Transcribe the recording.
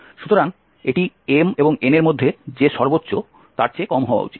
সুতরাং এটি m এবং n এর মধ্যে যে সর্বোচ্চ তার চেয়ে কম হওয়া উচিত